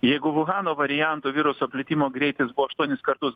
jeigu vuhano varianto viruso plitimo greitis buvo aštuonis kartus